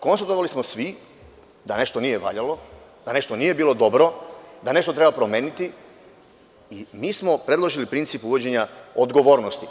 Konstatovali smo svi da nešto nije valjalo, da nešto nije dobro, da nešto treba promeniti, i mi smo predložili princip uvođenja odgovornosti.